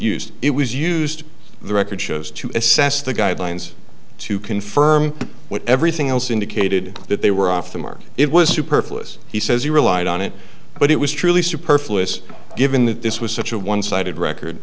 used it was used the record shows to assess the guidelines to confirm what everything else indicated that they were off the mark it was superfluous he says he relied on it but it was truly superfluous given that this was such a one sided record